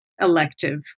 Elective